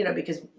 you know because